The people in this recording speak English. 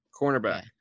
cornerback